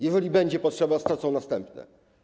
Jeżeli będzie potrzeba, stracą następne.